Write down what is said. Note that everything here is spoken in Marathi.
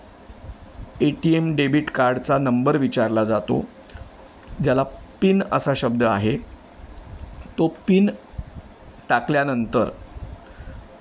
ए टी एम डेबिट कार्डचा नंबर विचारला जातो ज्याला पिन असा शब्द आहे तो पिन टाकल्यानंतर